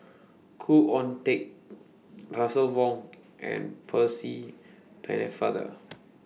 Khoo Oon Teik Russel Wong and Percy Pennefather